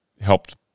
helped